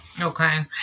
Okay